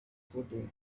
footing